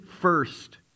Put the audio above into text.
first